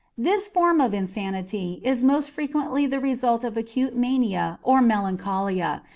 this form of insanity is most frequently the result of acute mania or melancholia,